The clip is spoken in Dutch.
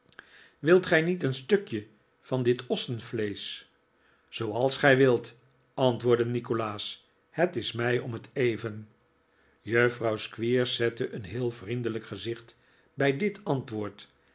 wilt gij niet een stukje van dit ossenvleesch zooals gij wilt antwoordde nikolaas het is mij om het even juffrouw squeers zette een heel vriendelijk gezicht bij dit antwoord